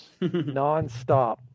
nonstop